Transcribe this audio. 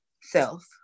self